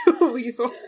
Weasel